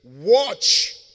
watch